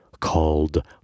called